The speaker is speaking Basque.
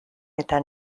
eta